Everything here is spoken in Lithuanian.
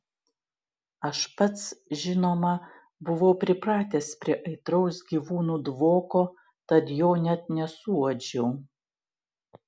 aš pats žinoma buvau pripratęs prie aitraus gyvūnų dvoko tad jo net nesuuodžiau